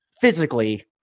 physically